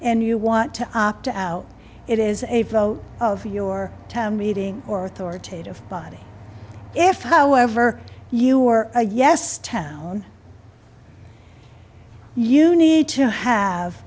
and you want to opt out it is a vote of your town meeting or authoritative body if however you are a yes town you need to have